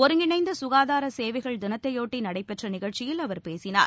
ஒருங்கிணைந்த சுகாதார சேவைகள் தினத்தையொட்டி நடைபெற்ற நிகழ்ச்சியில் அவர் பேசினார்